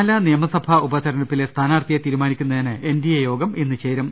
പാലാ നിയമസഭാ ഉപതെരഞ്ഞെടുപ്പിലെ സ്ഥാനാർത്ഥിയെ തീരു മാനിക്കുന്നതിന് എൻഡിഎ യോഗം ഇന്ന് ചേരും